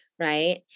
right